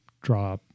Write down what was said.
draw